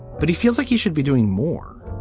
but he feels like he should be doing more.